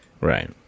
Right